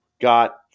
got